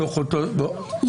בתוך אותו רקע?